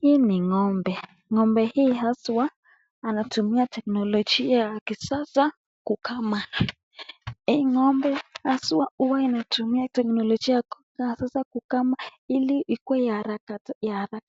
Hii ni ng'ombe. Ng'ombe hii haswa anatumia teknolojia ya kisasa kukama. Hii ng'ombe haswa huwa inatumia teknolojia ya kisasa kukama, ili ikuwe ya haraka